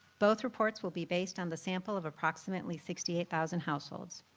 both reports will be based on the sample of approximately sixty eight thousand households.